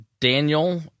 Daniel